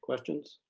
questions?